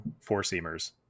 four-seamers